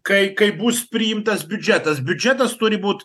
kai kai bus priimtas biudžetas biudžetas turi būt